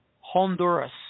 Honduras